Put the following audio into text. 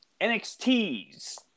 NXT's